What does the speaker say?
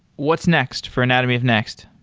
what's next for anatomy of next?